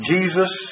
Jesus